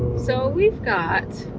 so we've got.